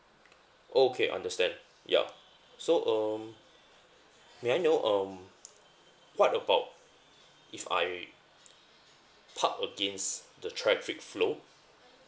okay understand ya so um may I know um what about if I park against the traffic flow